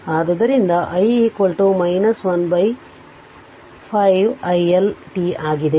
ಆದ್ದರಿಂದ i 1 5 i L t ಆಗಿದೆ